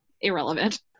Irrelevant